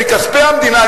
מכספי המדינה,